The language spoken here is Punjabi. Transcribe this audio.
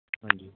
ਹਾਂਜੀ